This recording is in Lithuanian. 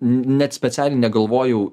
n net specialiai negalvojau